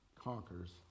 Conquers